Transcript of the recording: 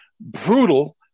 brutal